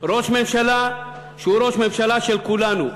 ראש ממשלה שהוא ראש ממשלה של כולנו,